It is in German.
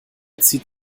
zieht